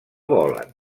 volen